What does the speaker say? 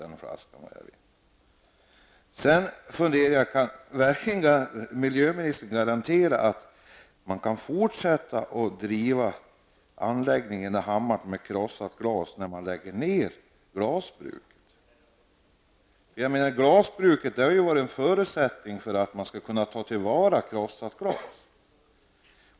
Kan miljöministern verkligen garantera att man kan fortsätta att driva anläggningen i Hammar med krossat glas när glasbruket läggs ner? Glasbruket har ju varit en förutsättning för att man skall kunna ta till vara krossat glas.